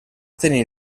tenir